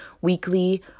weekly